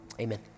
Amen